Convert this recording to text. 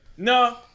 No